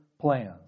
plans